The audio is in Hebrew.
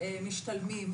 משתלמים,